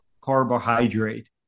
carbohydrate